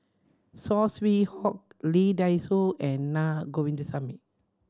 Saw Swee Hock Lee Dai Soh and Na Govindasamy